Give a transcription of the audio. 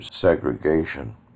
segregation